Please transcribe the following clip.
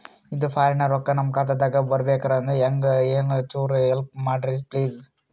ಇದು ಫಾರಿನ ರೊಕ್ಕ ನಮ್ಮ ಖಾತಾ ದಾಗ ಬರಬೆಕ್ರ, ಹೆಂಗ ಏನು ಚುರು ಹೆಲ್ಪ ಮಾಡ್ರಿ ಪ್ಲಿಸ?